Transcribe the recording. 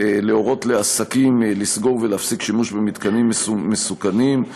להורות לעסקים לסגור ולהפסיק שימוש במתקנים מסוכנים.